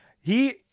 He-